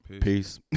peace